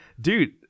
dude